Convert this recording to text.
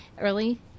early